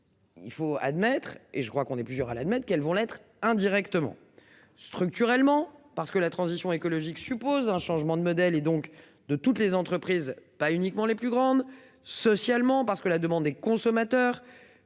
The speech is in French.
Il faut admettre et je crois qu'on est plusieurs à l'admettent qu'elles vont l'être indirectement. Structurellement, parce que la transition écologique, suppose un changement de modèle, et donc de toutes les entreprises, pas uniquement les plus grandes socialement parce que la demande des consommateurs